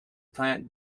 plant